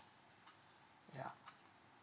yeah